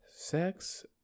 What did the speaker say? Sex